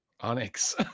Onyx